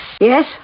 Yes